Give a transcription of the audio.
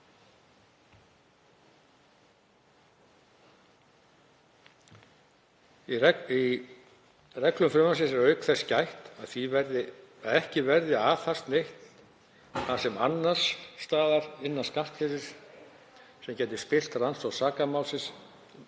Í reglum frumvarpsins er auk þess gætt að því að ekki verði aðhafst neitt það annars staðar innan skattkerfisins sem gæti spillt rannsókn sakamálsins